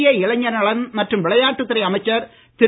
மத்திய இளைஞர் நலன் மற்றும் விளையாட்டுத் துறை அமைச்சர் திரு